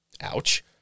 Ouch